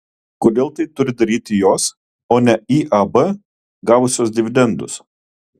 kodėl tai turi daryti jos o ne iab gavusios dividendus